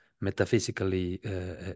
metaphysically